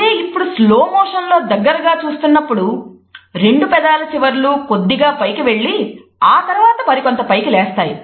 అదే ఇప్పుడు slow motion లో దగ్గరగా చూస్తున్నప్పుడు రెండు పెదాల చివర్లు కొద్దిగా పైకి వెళ్లి ఆ తరువాత మరికొంత పైకి లేస్తాయి